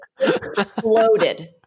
exploded